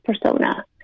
persona